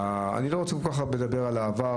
אני לא רוצה כל כך לדבר על העבר,